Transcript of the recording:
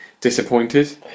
disappointed